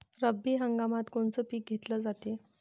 रब्बी हंगामात कोनचं पिक घेतलं जाते?